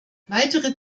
weitere